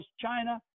China